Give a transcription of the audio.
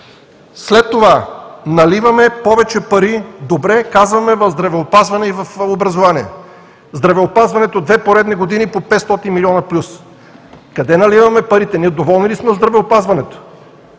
След това наливаме повече пари в здравеопазване и в образование. В здравеопазването две поредни години по плюс 500 милиона. Къде наливаме парите? Ние доволни ли сме от здравеопазването?